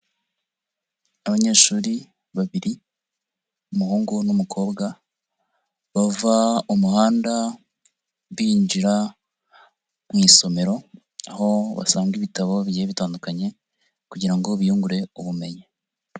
Abanyeshuri babiri umuhungu n'umukobwa bava mu muhanda binjira mu isomero, aho basanga ibitabo bigiye bitandukanye kugira ngo biyungure ubumenyi.